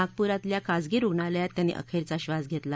नागप्रातल्या खाजगी रुग्णालयात त्यांनी अखेरचा श्वास घेतला